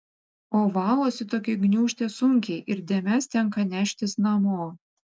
o valosi tokia gniūžtė sunkiai ir dėmes tenka neštis namo